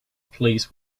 please